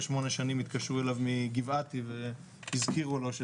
שמונה שנים התקשרו אליו מגבעתי והזכירו לו.